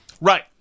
right